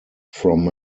from